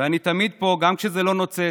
ואני תמיד פה, גם כשזה לא נוצץ,